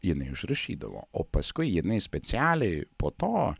jinai užrašydavo o paskui jinai specialiai po to